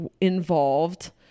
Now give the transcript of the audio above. involved